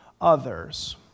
others